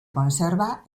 conserva